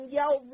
yell